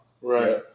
Right